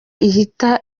ihita